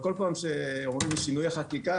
כל פעם שאומרים שינויי חקיקה,